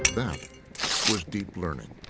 that was deep learning.